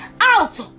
Out